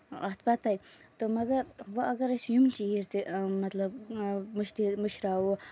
اَتھ پَتے تہٕ مَگر وَ اَگر أسۍ یِم چیٖز تہِ مطلب مٔشدے مٔشراوو